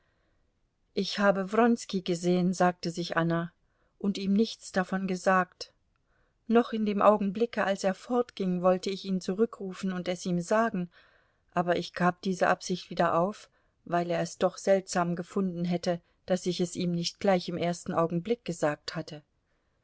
ich habe wronski gesehen sagte sich anna und ihm nichts davon gesagt noch in dem augenblicke als er fortging wollte ich ihn zurückrufen und es ihm sagen aber ich gab diese absicht wieder auf weil er es doch seltsam gefunden hätte daß ich es ihm nicht gleich im ersten augenblick gesagt hatte